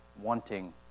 wanting